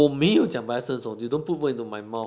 我没有讲白色丑 you don't put words in my mouth